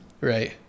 Right